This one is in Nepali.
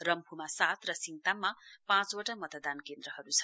रम्फूमा सात र सिङताममा पाँचवटा मतदान केन्द्रहरू छन्